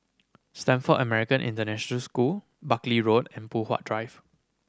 Stamford American International School Buckley Road and Poh Huat Drive